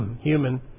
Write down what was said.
human